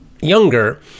younger